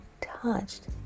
touched